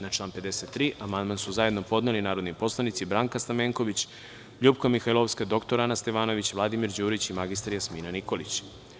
Na član 53. amandman su zajedno podneli narodni poslanici Branka Stamenković, LJupka Mihajlovska, dr Ana Stevanović, Vladimir Đurić i mr Jasmina Nikolić.